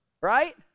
Right